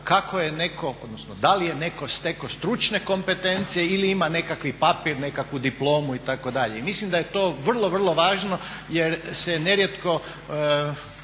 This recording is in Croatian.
da li je netko stekao stručne kompetencije ili ima nekakav papir, nekakvu diplomu itd.. I mislim da je to vrlo, vrlo važno jer se nerijetko